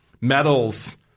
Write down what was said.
medals